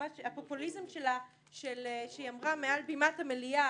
הפופוליזם שלה שהיא אמרה מעל במת המליאה